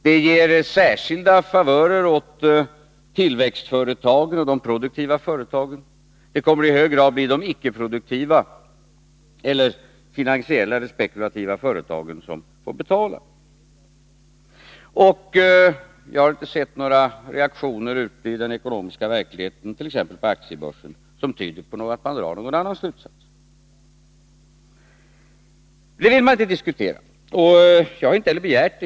Det ger särskilda favörer åt tillväxtföretag och de produktiva företagen. Det kommer i hög grad att bli de icke-produktiva, finansiella eller spekulativa företagen som får betala. Jag har inte sett några reaktioner ute i den ekonomiska verkligheten, t.ex. på aktiebörsen, som tyder på att man drar någon annan slutsats. Detta vill man inte diskutera. Jag har inte heller begärt det.